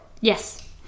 Yes